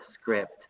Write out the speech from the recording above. script